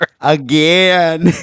Again